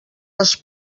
les